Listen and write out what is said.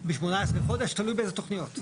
מה-18 חודשים, זה תלוי באיזה תוכניות.